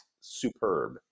superb